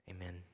Amen